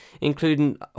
including